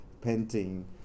Painting